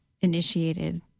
initiated